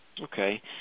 Okay